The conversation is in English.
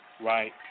Right